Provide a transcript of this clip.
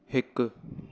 हिकु